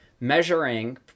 measuring